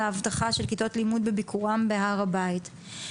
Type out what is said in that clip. האבטחה של כיתות לימוד בביקורן בהר הבית.